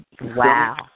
Wow